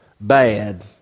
bad